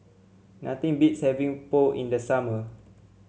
nothing beats having Pho in the summer